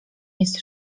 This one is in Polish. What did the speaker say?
jest